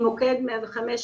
עם מוקד 105,